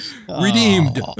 redeemed